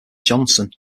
johnson